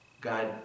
God